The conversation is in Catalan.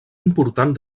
important